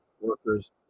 workers